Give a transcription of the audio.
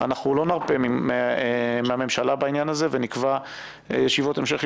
אנחנו לא נרפה מהממשלה בעניין הזה ונקבע ישיבות המשך.